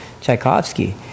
Tchaikovsky